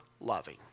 loving